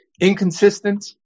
inconsistent